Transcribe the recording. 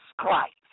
Christ